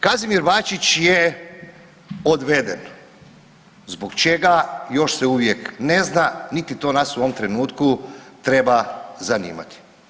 Kazimir Bačić je odveden, zbog čega još se uvijek ne zna niti to nas u ovom trenutku treba zanimati.